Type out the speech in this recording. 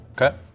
Okay